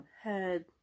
head